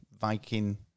Viking